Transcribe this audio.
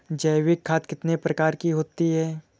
जैविक खाद कितने प्रकार की होती हैं?